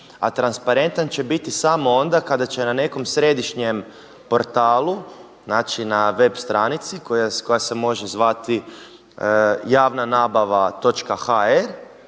a transparentan će biti samo onda kada će na nekom središnjem portalu znači na web stranici koja se može zvati javna nabava.hr